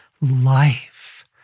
life